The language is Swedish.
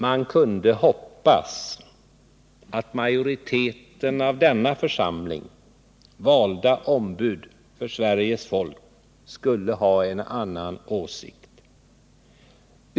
Man kunde hoppas att majoriteten av denna församling — valda ombud för Sveriges folk — skulle ha en annan åsikt.